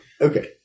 Okay